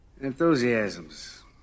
Enthusiasms